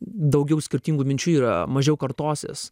daugiau skirtingų minčių yra mažiau kartosies